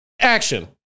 Action